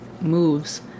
moves